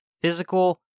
physical